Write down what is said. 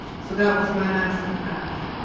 so that was my master class,